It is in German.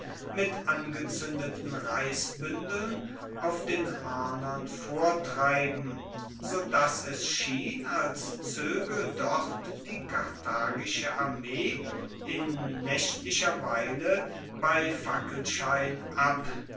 mit angezuendeten reisbuendeln auf den hoernern vortreiben so dass es schien als zoege dort die karthagische armee in naechtlicher weile bei fackelschein ab